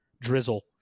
drizzle